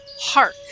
Hark